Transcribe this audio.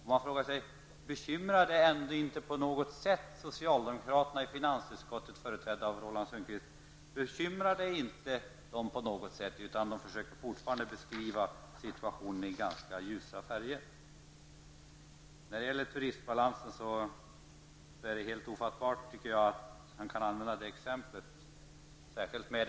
Man frågar sig om detta inte på något sätt bekymrar socialdemokraterna i finansutskottet, här företrädda av Roland Sundgren, eftersom de fortfarande försöker beskriva situationen i ganska ljusa färger. När det gäller turistbalansen är det helt ofattbart att Roland Sundgren använder sig av det exempel han tog upp.